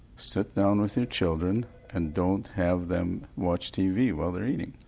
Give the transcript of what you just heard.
sit down with your children and don't have them watch tv while they're eating.